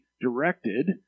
directed